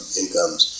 incomes